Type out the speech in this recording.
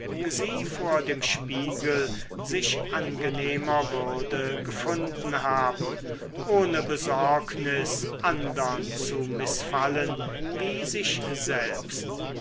sie vor dem spiegel sich angenehmer würde gefunden haben ohne besorgnis andern zu mißfallen wie sich selbst